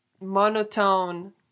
monotone